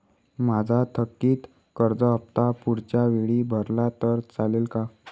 माझा थकीत कर्ज हफ्ता पुढच्या वेळी भरला तर चालेल का?